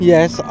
Yes